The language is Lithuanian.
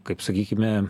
kaip sakykime